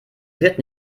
wird